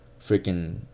freaking